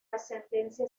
ascendencia